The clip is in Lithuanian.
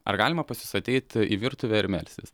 ar galima pas jus ateit į virtuvę ir melstis